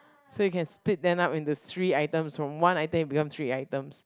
so you can split them up into three items from one item it become three items